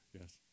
yes